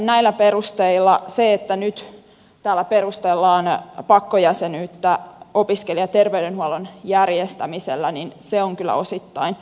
näillä perusteilla se että nyt täällä perustellaan pakkojäsenyyttä opiskelijaterveydenhuollon järjestämisellä on kyllä osittain sumutusta